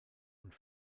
und